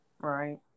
right